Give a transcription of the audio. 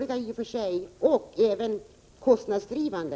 detta i och för sig är ganska krångliga och även kostnadsdrivande.